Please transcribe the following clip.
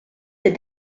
des